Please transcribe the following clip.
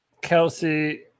Kelsey